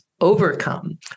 overcome